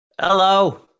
Hello